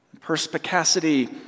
Perspicacity